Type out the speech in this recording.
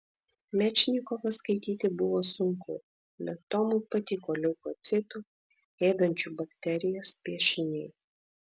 mečnikovą skaityti buvo sunku bet tomui patiko leukocitų ėdančių bakterijas piešiniai